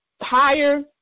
higher